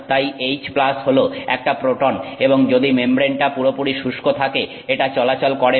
তাই H হলো একটা প্রোটন এবং যদি মেমব্রেনটা পুরোপুরি শুষ্ক থাকে এটা চলাচল করে না